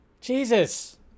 Jesus